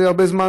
זה הרבה זמן,